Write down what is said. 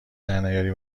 درنیاری